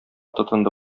тотынды